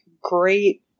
great